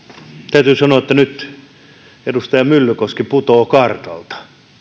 täytyy sanoa että nyt edustaja myllykoski putoaa kartalta